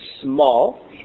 small